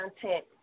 content